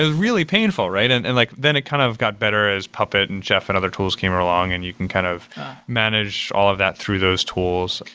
really painful, right? and and like then it kind of got better as puppet and jeff and other tools came along and you can kind of manage all of that through those tools.